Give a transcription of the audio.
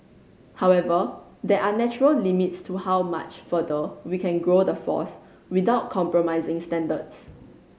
however there are natural limits to how much further we can grow the force without compromising standards